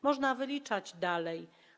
Można by wyliczać dalej.